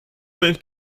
going